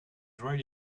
write